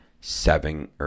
seven